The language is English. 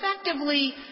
effectively